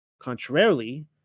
Contrarily